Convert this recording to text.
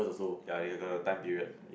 ya you got the time period